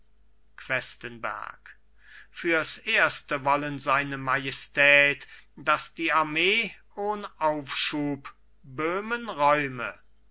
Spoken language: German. questenberg fürs erste wollen seine majestät daß die armee ohn aufschub böhmen räume